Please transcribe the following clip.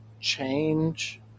change